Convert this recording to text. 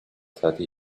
thirty